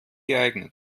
geeignet